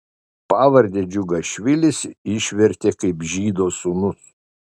pavardę džiugašvilis išvertė kaip žydo sūnus